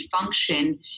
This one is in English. function